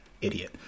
Idiot